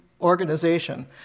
organization